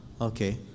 okay